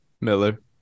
miller